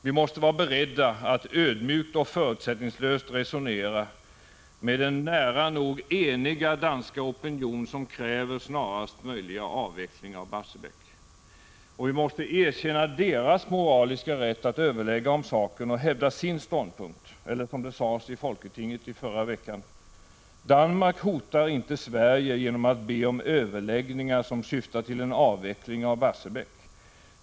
Vi måste vara beredda att ödmjukt och förutsättningslöst resonera med den nära nog eniga danska opinion som kräver snarast möjliga avveckling av Barsebäck. Vi måste erkänna danskarnas moraliska rätt att överlägga om saken och hävda sin ståndpunkt. Eller, som det sades i folketinget i förra veckan: Danmark hotar inte Sverige genom att be om överläggningar som syftar till en avveckling av Barsebäck.